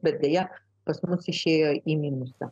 bet deja pas mus išėjo į minusą